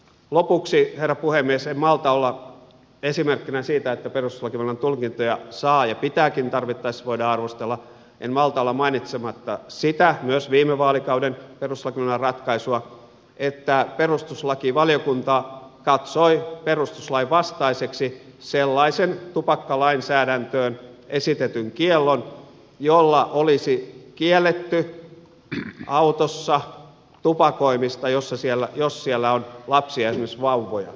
lopuksi herra puhemies esimerkkinä siitä että perustuslakivaliokunnan tulkintoja saa ja pitääkin tarvittaessa voida arvostella en malta olla mainitsematta sitä myös viime vaalikauden perustuslakivaliokunnan ratkaisua että perustuslakivaliokunta katsoi perustuslain vastaiseksi sellaisen tupakkalainsäädäntöön esitetyn kiellon jolla olisi kielletty autossa tupakoiminen jos siellä on lapsia esimerkiksi vauvoja